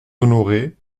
honoré